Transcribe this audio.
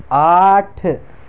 آٹھ